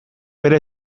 bere